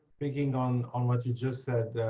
thinking on on what you just said.